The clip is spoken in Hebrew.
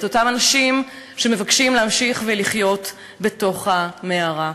אותם אנשים שמבקשים להמשיך ולחיות בתוך המערה.